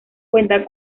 cuenta